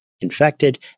infected